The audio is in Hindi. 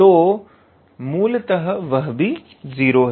तो मूलतः वह भी 0 है